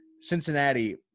Cincinnati